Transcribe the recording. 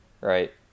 right